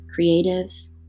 creatives